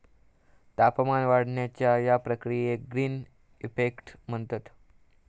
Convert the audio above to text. तापमान वाढण्याच्या या प्रक्रियेक ग्रीन इफेक्ट म्हणतत